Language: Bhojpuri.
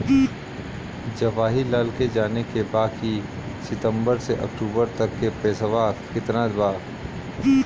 जवाहिर लाल के जाने के बा की सितंबर से अक्टूबर तक के पेसवा कितना बा?